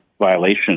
violation